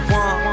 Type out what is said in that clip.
one